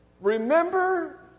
Remember